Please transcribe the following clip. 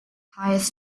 hires